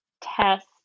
test